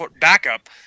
backup